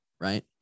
right